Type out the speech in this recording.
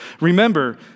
Remember